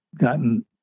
gotten